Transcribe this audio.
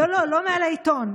לא, לא, לא מעל העיתון.